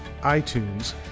iTunes